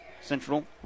Central